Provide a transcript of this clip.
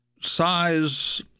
size